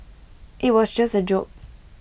IT was just A joke